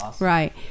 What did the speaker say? Right